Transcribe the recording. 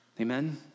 Amen